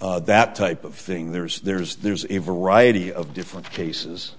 that type of thing there's there's there's a variety of different cases